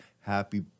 Happy